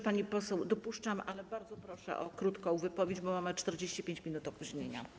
Pani poseł, dopuszczam, ale bardzo proszę o krótką wypowiedź, bo mamy 45 minut opóźnienia.